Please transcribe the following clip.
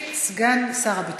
את ההצבעה שלו,